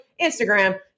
instagram